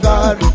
God